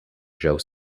joe